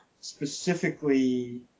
specifically